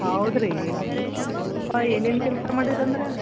ಹೌದ್ರೀ ಏನೇನು ಕೆಲಸ ಮಾಡೀರಂದ್ರೆ